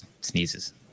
sneezes